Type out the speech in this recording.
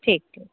ठीक छै